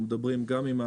אנחנו מדברים עם כולם.